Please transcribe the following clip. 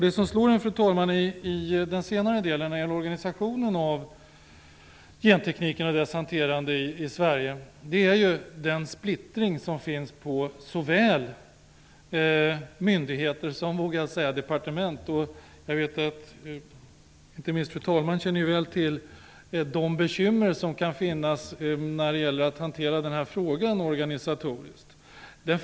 Det som slår en när det gäller organisationen av gentekniken och dess hanterande i Sverige är den splittring som finns på såväl myndigheter som, vågar jag säga, departement. Jag vet att inte minst fru talman väl känner till de bekymmer som kan finnas när det gäller att hantera denna fråga organisatoriskt.